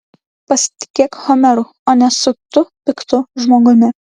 pasitikėk homeru o ne suktu piktu žmogumi